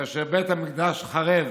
כאשר בית המקדש חרב